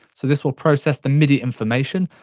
so this will process the midi information.